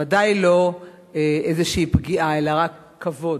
ודאי לא איזושהי פגיעה, אלא רק כבוד.